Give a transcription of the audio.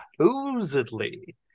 supposedly